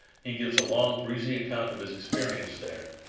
he gives a long, breezy account of his experience there,